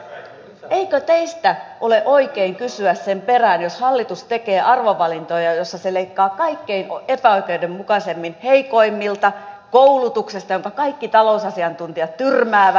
eikö teistä ole oikein kysyä sen perään jos hallitus tekee arvovalintoja joissa se leikkaa kaikkein epäoikeudenmukaisimmin heikoimmilta koulutuksesta josta leikkaamisen kaikki talousasiantuntijat tyrmäävät